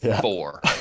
four